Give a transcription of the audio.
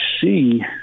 see